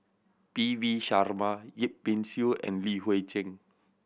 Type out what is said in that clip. P V Sharma Yip Pin Xiu and Li Hui Cheng